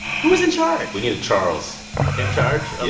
who is in charge? we need a charles in charge.